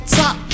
top